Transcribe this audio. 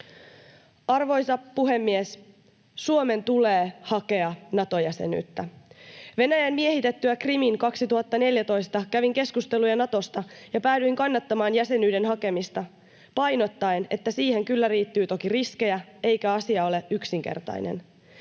Arvoisa puhemies! Suomen tulee hakea Nato-jäsenyyttä. Venäjän miehitettyä Krimin 2014 kävin keskusteluja Natosta ja päädyin kannattamaan jäsenyyden hakemista painottaen, että siihen kyllä liittyy toki riskejä eikä asia ole yksinkertainen.